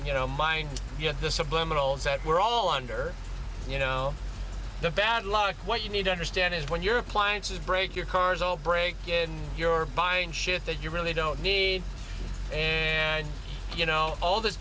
you know mind yet the subliminal set we're all under you know the bad luck what you need to understand is when your appliances break your cars all break when you're buying shit that you really don't need and you know all this